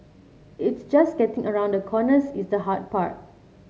it's just getting around the corners is the hard part